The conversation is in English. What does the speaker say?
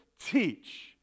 teach